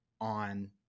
on